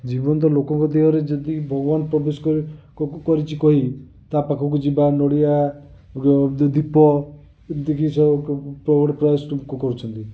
ଜୀବନ୍ତ ଲୋକଙ୍କ ଦେହରେ ଯଦି ଭଗବାନ ପ୍ରବେଶ କରିବେ କରିଛି କହି ତା ପାଖକୁ ଯିବା ନଡ଼ିଆ ଦୀପ ଏମିତି ସ ଗୋଟେ ପ୍ରହସନ କରୁଛନ୍ତି